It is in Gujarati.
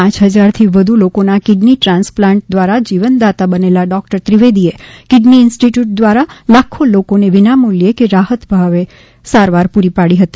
પાંચ હજારથી વધુ લોકોના કીડની ટ્રાન્સપ્લાન્ટ દ્વારા જીવનદાતા બનેલા ડોકટર ત્રિવેદીએ કીડની ઇન્સ્ટીટયુટ દ્વારા લાખો લોકોને વિનામૂલ્યે કે રાહતભાવે સારવાર પૂરી પાડી હતી